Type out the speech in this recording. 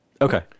Okay